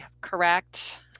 Correct